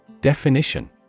Definition